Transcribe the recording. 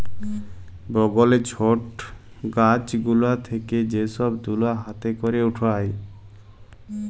বগলে ছট গাছ গুলা থেক্যে যে সব তুলা হাতে ক্যরে উঠায়